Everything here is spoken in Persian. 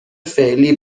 فعلی